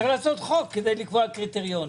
צריך לקבוע חוק כדי לעשות קריטריונים.